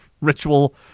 ritual